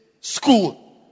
school